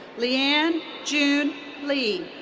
leann june lee.